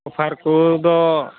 offer ᱠᱚᱫᱚ